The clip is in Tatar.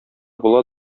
була